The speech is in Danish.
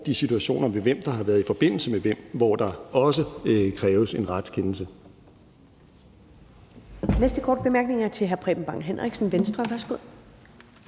i situationer med hvem, der har været i forbindelse med hvem, hvor der også kræves en retskendelse.